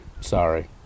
Sorry